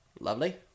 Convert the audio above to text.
Lovely